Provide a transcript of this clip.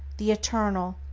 the eternal,